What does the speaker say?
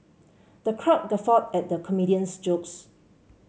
the crowd guffawed at the comedian's jokes